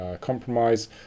compromise